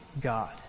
God